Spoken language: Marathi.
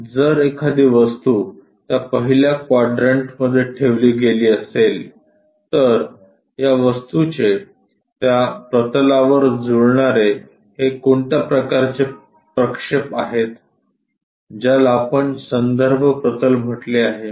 जर एखादी वस्तू त्या पहिल्या क्वाड्रंटमध्ये ठेवली गेली असेल तर या वस्तूचे त्या प्रतलावर जुळणारे हे कोणत्या प्रकारचे प्रक्षेप आहेत ज्याला आपण संदर्भ प्रतल म्हटले आहे